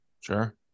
sure